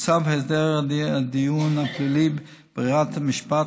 וצו סדר הדין הפלילי (ברירת משפט,